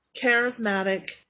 charismatic